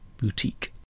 Boutique